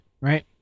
Right